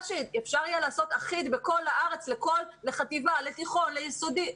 הציפייה שאפשר יהיה לעשות באופן אחיד בכל הארץ לחטיבה ולתיכון וליסודי,